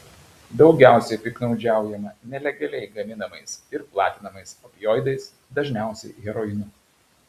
daugiausiai piktnaudžiaujama nelegaliai gaminamais ir platinamais opioidais dažniausiai heroinu